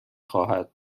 خواهد